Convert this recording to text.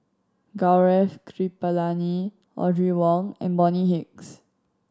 Gaurav Kripalani Audrey Wong and Bonny Hicks